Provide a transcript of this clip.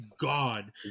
God